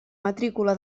matrícula